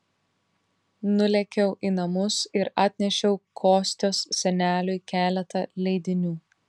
nulėkiau į namus ir atnešiau kostios seneliui keletą leidinių